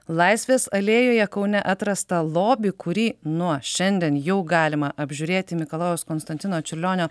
laisvės alėjoje kaune atrastą lobį kurį nuo šiandien jau galima apžiūrėti mikalojaus konstantino čiurlionio